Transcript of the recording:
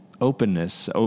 openness